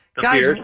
Guys